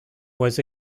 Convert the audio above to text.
was